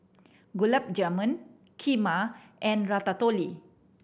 Gulab Jamun Kheema and Ratatouille